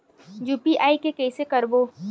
UPI के कइसे करबो?